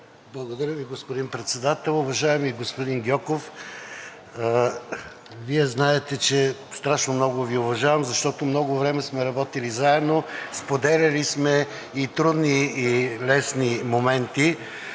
Благодаря Ви, господин Председател. Уважаеми господин Гьоков, Вие знаете, че страшно много Ви уважавам, защото много време сме работили заедно, споделяли сме трудни и лесни моменти.